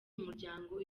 umuryango